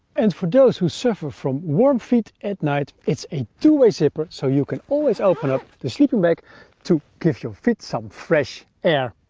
and for those who suffer from warm feet at night it's a two-way zipper so you can always open up the sleeping bag to give your feet some fresh air.